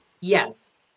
Yes